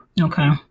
Okay